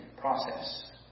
process